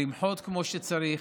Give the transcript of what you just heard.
למחות כמו שצריך,